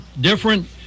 different